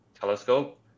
telescope